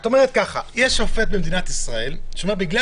את אומרת שיש שופט במדינת ישראל שאומר: בגלל